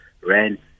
rent